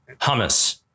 hummus